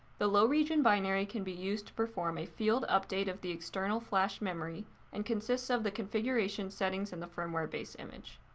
the low region binary can be used to perform a field update of the external flash memory and consists of the configuration settings in the firmware base image.